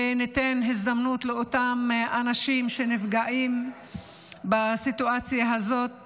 וניתן הזדמנות לאותם אנשים שנפגעים בסיטואציה הזאת